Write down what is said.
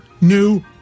new